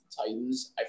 Titans